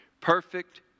perfect